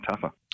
tougher